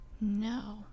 no